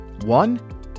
One